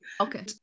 Okay